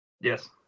Yes